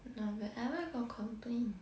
no I where got complain